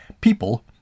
People